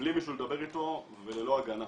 בלי מישהו לדבר איתו וללא הגנה.